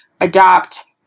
adopt